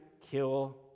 kill